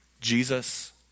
Jesus